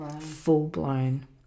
full-blown